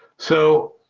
so